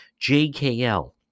jkl